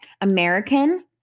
American